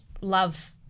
love